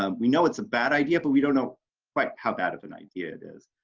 um we know it's a bad idea, but we don't know quite how bad of an idea it is.